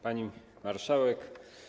Pani Marszałek!